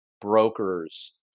brokers